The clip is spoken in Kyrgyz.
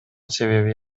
себеби